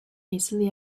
easily